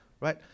Right